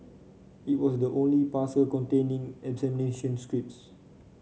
it was the only parcel containing examination scripts